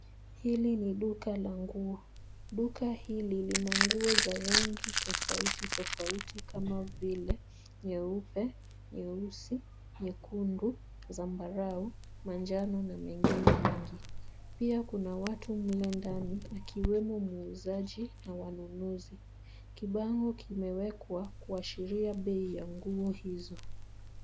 Hili ni duka la nguo. Duka hili lina nguo za rangi tofauti tofauti kama vile nyeupe ,nyeusi, nyekundu, zambarau na njano na mengine mengi. Pia kuna watu mle ndani akiwemo mwuuzaji na wanunuzi. Kibango kimewekwa kuashiria bei ya nguo hizo.